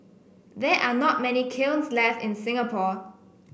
there are not many kilns left in Singapore